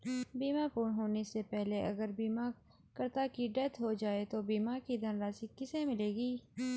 बीमा पूर्ण होने से पहले अगर बीमा करता की डेथ हो जाए तो बीमा की धनराशि किसे मिलेगी?